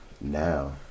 now